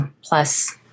plus